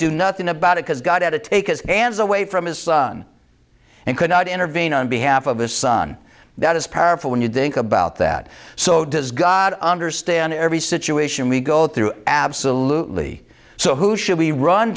do nothing about it has gotta take his ands away from his son and could not intervene on behalf of his son that is powerful when you think about that so does god understand every situation we go through absolutely so who should we run